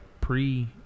pre